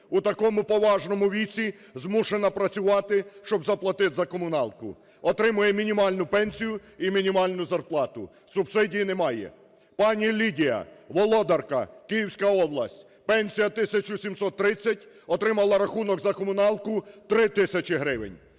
У такому поважному віці змушена працювати, щоб заплатити за комуналку. Отримує мінімальну пенсію і мінімальну зарплату. Субсидії немає. Пані Лідія, Володарка, Київська область: пенсія 1 тисяча 730, отримала рахунок за комуналку 3 тисячі гривень.